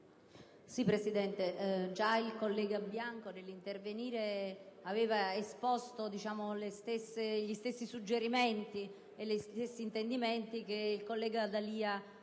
Presidente, già il collega Bianco nel suo intervento aveva esposto gli stessi suggerimenti e gli stessi intendimenti che il collega D'Alia ha